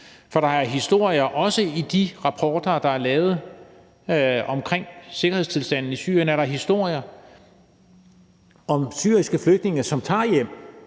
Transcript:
ved der eksisterer, for i de rapporter, der er lavet omkring sikkerhedssituationen i Syrien, er der historier om syriske flygtninge, som tager hjem.